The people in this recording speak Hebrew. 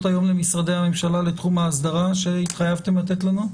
היום למשרדי הממשלה בתחום האסדרה שהתחייבתם לתת לנו?